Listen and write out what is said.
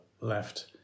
left